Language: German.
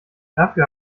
dafür